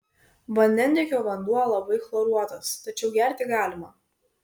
vandentiekio vanduo labai chloruotas tačiau gerti galima